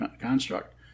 construct